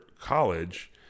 college